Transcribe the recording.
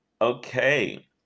okay